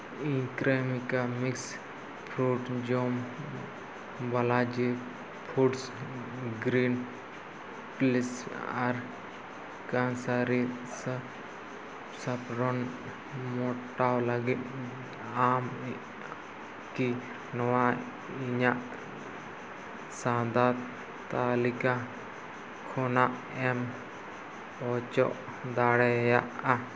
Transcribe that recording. ᱠᱨᱮᱢᱤᱠᱟ mix fruit jam ᱵᱟᱞᱟᱡᱤ fruits green peas ᱟᱨ ᱠᱮᱥᱨᱤ ᱥᱮᱯᱷᱨᱚᱱ ᱢᱮᱴᱟᱣ ᱞᱟᱹᱜᱤᱫ ᱟᱢ ᱠᱤ ᱱᱚᱣᱟ ᱤᱧᱟᱹᱜ ᱥᱚᱣᱫᱟ ᱛᱟᱹᱞᱤᱠᱟ ᱠᱷᱚᱱᱟᱜ ᱮᱢ ᱚᱪᱚᱜ ᱫᱟᱲᱮᱭᱟᱜᱼᱟ